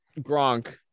Gronk